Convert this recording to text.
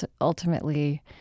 ultimately